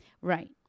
Right